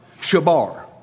shabar